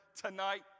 tonight